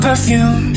Perfume